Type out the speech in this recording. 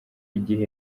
igihe